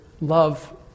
love